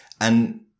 and-